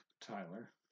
Tyler